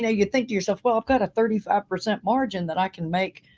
know, you think to yourself, well, i've got a thirty five percent margin that i can make